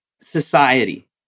society